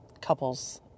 couples